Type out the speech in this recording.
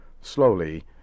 Slowly